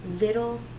little